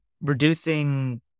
reducing